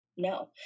No